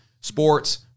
sports